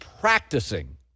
practicing